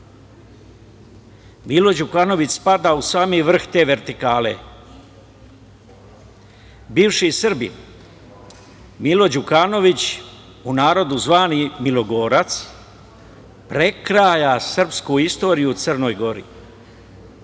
Đukanović spada u sami vrh te vertikale. Bivši Srbi, Milo Đukanović, u narodu zvani „milogorac“ prekraja srpsku istoriju u Crnoj Gori.